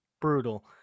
brutal